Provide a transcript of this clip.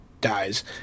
dies